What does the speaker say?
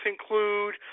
include